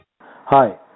Hi